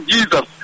Jesus